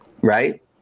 right